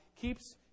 keeps